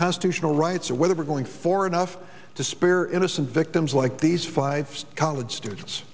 constitutional rights or whether we're going for enough to spare innocent victims like these five college students